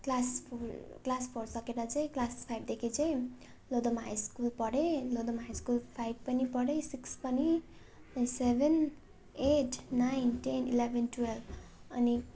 class class four सकेपछि चाहिँ class फाइभदेखि चाहिँ लोधोमा हाई स्कुल पढेँ लोधोमा हाई स्कुल फाइभ पनि पढेँ सिक्स पनि त्यहाँ seven eight nine ten eleven twelve अनि